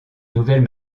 nouvelles